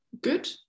good